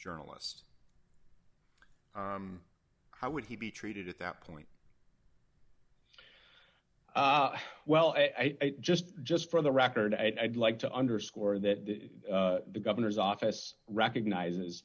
journalist how would he be treated at that point well i just just for the record i'd like to underscore that the governor's office recognizes